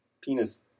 penis